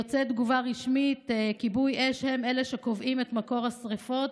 יוצאת תגובה רשמית: כיבוי אש הם שקובעים את מקור השרפות,